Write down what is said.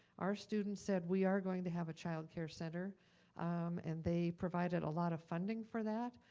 our students said we are going to have a childcare center and they provided a lot of funding for that.